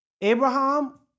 Abraham